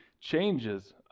changes